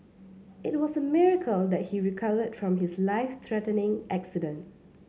it was a miracle that he recovered from his life threatening accident